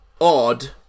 odd